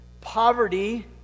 poverty